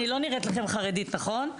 אני לא נראית לכם חרדית, נכון?